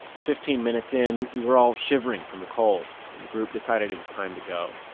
fifteen minutes in, we were all shivering from the cold and the group decided it was time to go.